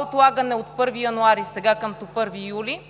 отлагане от 1 януари сега към 1 юли